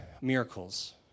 miracles